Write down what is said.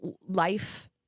life